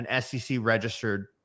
SEC-registered